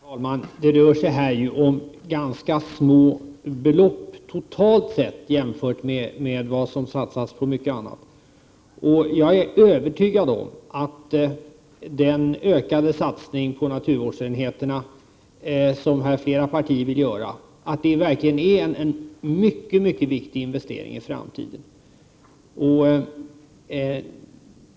Herr talman! Det rör sig här om ganska små belopp totalt sett jämfört med vad som satsas på mycket annat. Jag är övertygad om att den ökade satsning på naturvårdsenheterna som flera partier här vill göra verkligen är en mycket viktig investering i framtiden.